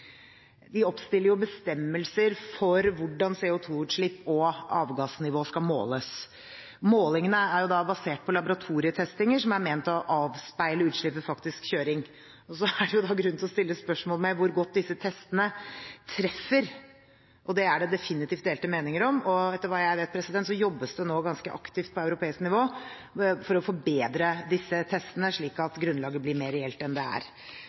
De oppstiller jo bestemmelser for hvordan CO2-utslipp og avgassnivå skal måles. Målingene er da basert på laboratorietestinger som er ment å avspeile utslipp ved faktisk kjøring. Så er det grunn til å stille spørsmål ved hvor godt disse testene treffer. Det er det definitivt delte meninger om. Etter hva jeg vet, jobbes det nå ganske aktivt på europeisk nivå for å forbedre disse testene, slik at grunnlaget blir mer reelt enn det er